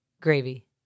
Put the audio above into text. gravy